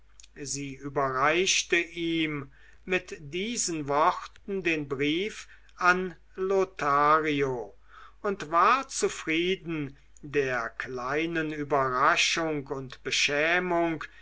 sie überreichte ihm mit diesen worten den brief an lothario und war zufrieden der kleinen überraschung und beschämung